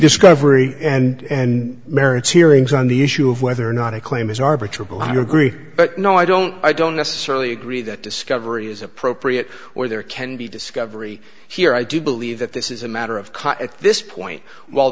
discovery and merits hearings on the issue of whether or not a claim is arbitrary well i agree but no i don't i don't necessarily agree that discovery is appropriate or there can be discovery here i do believe that this is a matter of caught at this point w